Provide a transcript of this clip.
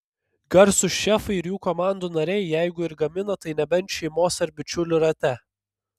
garsūs šefai ir jų komandų nariai jeigu ir gamina tai nebent šeimos ar bičiulių rate